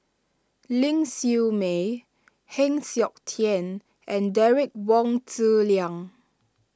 Ling Siew May Heng Siok Tian and Derek Wong Zi Liang